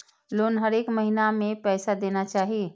Loan हरेक महीना में पैसा देना चाहि?